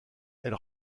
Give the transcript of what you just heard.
elle